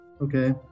okay